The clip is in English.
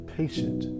patient